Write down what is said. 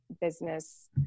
business